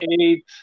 eight